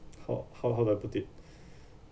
how how how do I put it